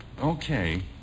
okay